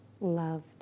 loved